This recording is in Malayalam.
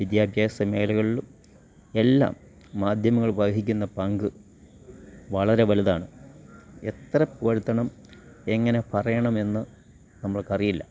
വിദ്യാഭ്യാസ മേഖലകളിലും എല്ലാം മാധ്യമങ്ങൾ വഹിക്കുന്ന പങ്ക് വളരെ വലുതാണ് എത്ര പുകഴ്ത്തണം എങ്ങനെ പറയണമെന്ന് നമ്മൾക്കറിയില്ല